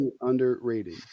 Underrated